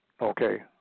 Okay